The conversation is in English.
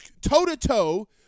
toe-to-toe